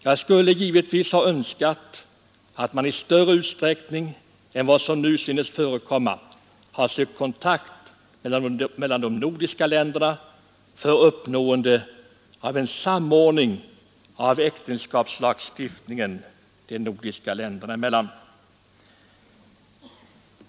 Jag skulle givetvis ha önskat att man i större utsträckning än vad som nu synes förekomma hade sökt kontakt mellan de nordiska länderna för uppnående av en samordning av äktenskapslagstiftningen de nordiska länderna emellan.